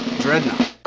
dreadnought